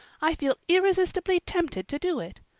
i feel irresistibly tempted to do it.